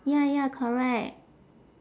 ya ya correct